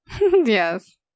yes